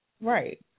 Right